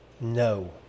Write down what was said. no